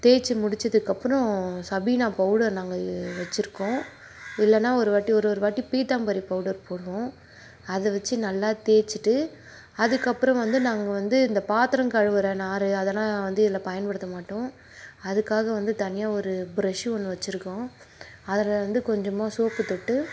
தேய்த்து முடித்ததுக்கு அப்புறம் சபீனா பவுடர் நாங்கள் வச்சுருக்கோம் இல்லைனா ஒருவாட்டி ஒரு ஒரு வாட்டி பீதாம்பரி பவுடர் போடுவோம் அதை வச்சு நல்லா தேய்ச்சிட்டு அதுக்கப்புறம் வந்து நாங்கள் வந்து இந்த பாத்திரம் கழுவுகிற நார் அதெல்லாம் வந்து இதில் பயன்படுத்த மாட்டோம் அதுக்காக வந்து தனியாக ஒரு ப்ரெஷ் ஒன்று வச்சுருக்கோம் அதில் வந்து கொஞ்சமாக சோப்பு தொட்டு